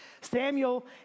Samuel